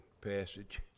passage